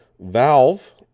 Valve